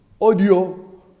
audio